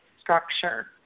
structure